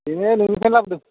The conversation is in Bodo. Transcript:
बेनो नोंनिफ्रायनो लाबोदों